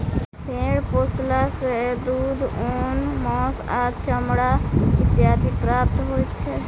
भेंड़ पोसला सॅ दूध, ऊन, मौंस आ चमड़ा इत्यादि प्राप्त होइत छै